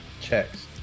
checks